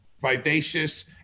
Vivacious